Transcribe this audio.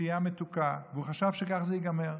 ושתייה מתוקה, והוא חשב שכך זה ייגמר,